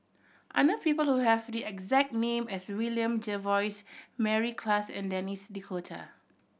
I know people who have the exact name as William Jervois Mary Klass and Denis D'Cotta